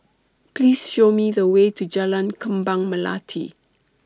Please Show Me The Way to Jalan Kembang Melati